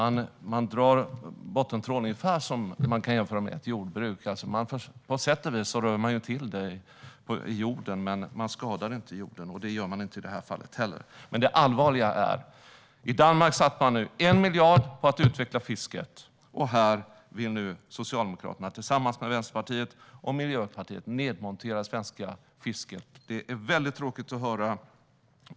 Bottentrålning kan jämföras med jordbruk. På sätt och vis rör man till det i jorden, men man skadar inte jorden, och det gör man inte i det här fallet heller. Det allvarliga är dock att i Danmark satsar man nu 1 miljard på att utveckla fisket, medan Socialdemokraterna tillsammans med Vänsterpartiet och Miljöpartiet vill nedmontera det svenska fisket. Det är väldigt tråkigt att höra.